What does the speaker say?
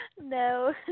no